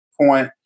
point